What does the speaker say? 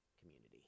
community